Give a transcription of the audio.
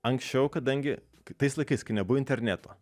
anksčiau kadangi tais laikais kai nebuvo interneto